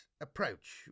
approach